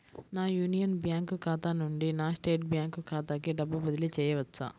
నా union bank ఖాతా నుండి నా స్టేట్ బ్యాంకు ఖాతాకి డబ్బు బదిలి చేయవచ్చా?